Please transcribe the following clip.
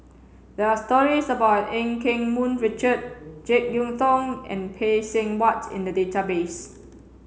there are stories about Eu Keng Mun Richard Jek Yeun Thong and Phay Seng Whatt in the database